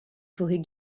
forêts